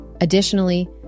Additionally